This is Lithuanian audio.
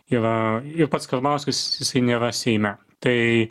yra pats karbauskis jisai nėra seime tai